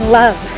love